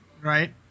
right